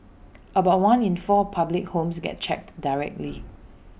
about one in four public homes gets checked directly